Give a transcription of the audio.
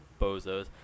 bozos